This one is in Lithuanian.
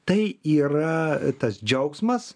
tai yra tas džiaugsmas